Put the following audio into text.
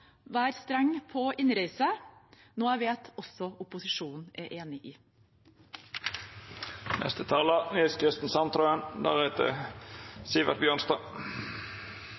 på innreise – noe jeg vet også opposisjonen er enig